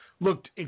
looked